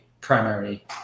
primary